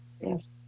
Yes